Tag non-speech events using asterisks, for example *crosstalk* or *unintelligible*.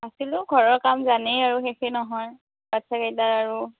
আছিলোঁ ঘৰৰ কাম জানেই আৰু শেষে নহয় *unintelligible*